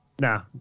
Nah